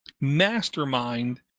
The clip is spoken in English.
mastermind